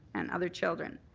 and other children.